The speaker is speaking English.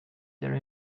their